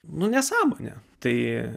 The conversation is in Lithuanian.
nu nesąmonė tai